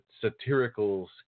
satirical